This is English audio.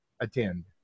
attend